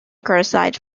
criticized